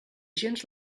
gens